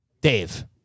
Dave